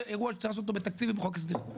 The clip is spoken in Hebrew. זה אירוע שצריך לעשות אותו בתקציב עם חוק הסדרים.